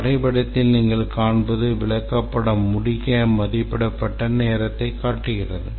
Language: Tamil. வரைபடத்தில் நீங்கள் காண்பது விளக்கப்படம் முடிக்க மதிப்பிடப்பட்ட நேரத்தைக் காட்டுகிறது